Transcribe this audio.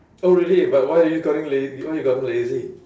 oh really but why are you lazy why you gotten lazy